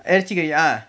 இறைச்சி:iraichchi curry ah